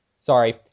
Sorry